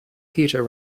peter